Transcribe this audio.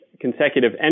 consecutive